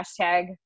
hashtag